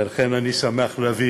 ולכן אני שמח להביא